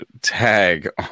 tag